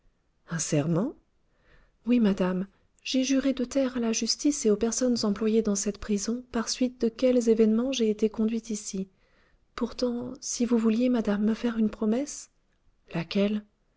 un serment oui madame j'ai juré de taire à la justice et aux personnes employées dans cette prison par suite de quels événements j'ai été conduite ici pourtant si vous vouliez madame me faire une promesse laquelle